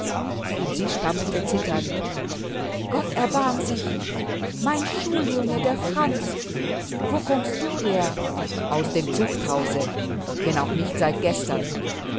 und sie stammelte zitternd gott erbarm sich mein schuljunge der franz wo kommst du her aus dem zuchthause wenn auch nicht seit gestern